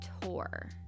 tour